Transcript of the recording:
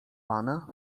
pana